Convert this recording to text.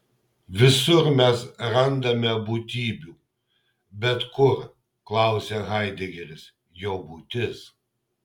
visur mes randame būtybių bet kur klausia haidegeris jo būtis